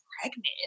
pregnant